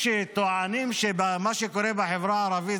עם נתניהו,